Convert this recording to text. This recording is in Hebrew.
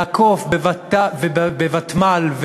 לעקוף בוותמ"ל,